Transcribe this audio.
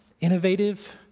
innovative